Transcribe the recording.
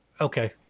Okay